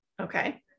Okay